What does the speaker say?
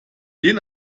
den